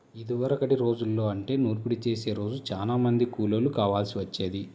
ఇదివరకటి రోజుల్లో అంటే నూర్పిడి చేసే రోజు చానా మంది కూలోళ్ళు కావాల్సి వచ్చేది